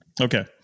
Okay